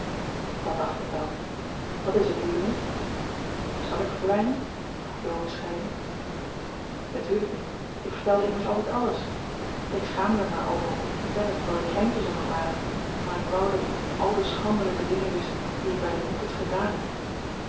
dat dacht ik wel wat is het lieveling zal ik verdwijnen vroeg jo bescheiden natuurlijk niet ik vertelde immers altijd alles ik schaamde er mij over om het te vertellen terwijl de kleintjes er nog waren maar ik wou dat u al de schandelijke dingen wist die ik bij de moffats gedaan heb